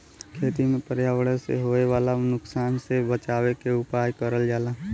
खेती में पर्यावरण से होए वाला नुकसान से बचावे के उपाय करल जाला